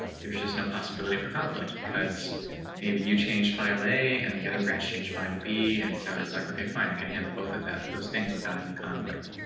there's just no possibility for conflict because maybe you change file a and the other branch change file be and so it's like okay, fine. i can handle both of those things without any conflict.